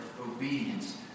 obedience